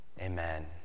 Amen